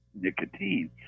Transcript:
nicotine